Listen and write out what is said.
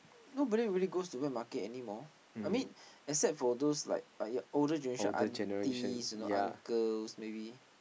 nobody really goes to wet market anymore I mean except for those like older generation aunties you know uncles maybe